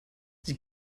sie